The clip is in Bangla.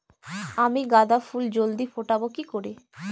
আমি গাঁদা ফুল জলদি ফোটাবো কি করে?